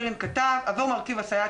כמו שדודי הציג,